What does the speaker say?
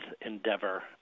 endeavor